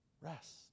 Rest